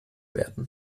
werden